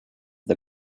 the